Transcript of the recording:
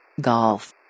Golf